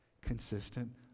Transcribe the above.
consistent